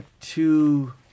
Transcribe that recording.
two